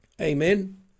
Amen